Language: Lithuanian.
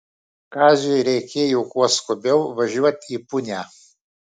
kaziui reikėjo kuo skubiau važiuot į punią